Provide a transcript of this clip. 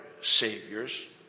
saviors